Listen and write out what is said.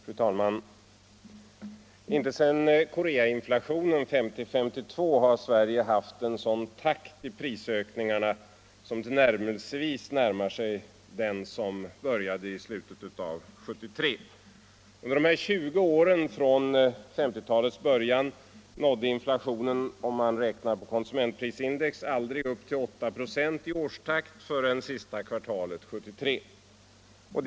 Fru talman! Inte sedan Koreainflationen 1950-1952 har Sverige haft en sådan takt i prisökningarna att den tillnärmelsevis närmar sig den som började i slutet av 1973. Under de här 20 åren från 1950-talets början nådde inflationen, om man räknar på konsumentprisindex, aldrig upp till 8 26 i årstakt förrän under sista kvartalet 1973.